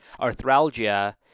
arthralgia